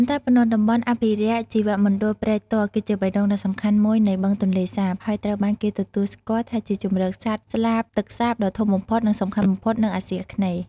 មិនតែប៉ុណ្ណោះតំបន់អភិរក្សជីវមណ្ឌល ព្រែកទាល់ គឺជាបេះដូងដ៏សំខាន់មួយនៃបឹងទន្លេសាប ហើយត្រូវបានគេទទួលស្គាល់ថាជាជម្រកសត្វ ស្លាបទឹកសាបដ៏ធំបំផុត និងសំខាន់បំផុតនៅអាស៊ីអាគ្នេយ៍។